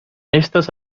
estas